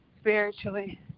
spiritually